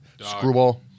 screwball